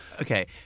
Okay